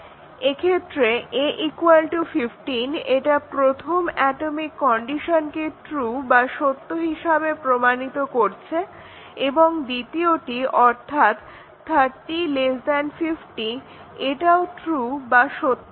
এক্ষেত্রে a 15 এটা প্রথম অ্যাটমিক এক্সপ্রেশনকে ট্রু বা সত্য হিসেবে প্রমাণিত করছে এবং দ্বিতীয়টি অর্থাৎ 30 50 এটাও ট্রু বা সত্য